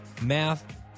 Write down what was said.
math